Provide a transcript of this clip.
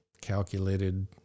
calculated